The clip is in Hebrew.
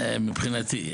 מבחינתי,